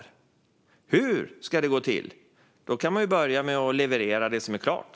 Hur ska detta gå till? Man kan börja med att leverera det som är klart.